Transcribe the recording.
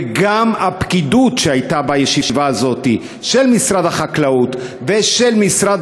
גם הפקידות של משרד החקלאות ושל משרד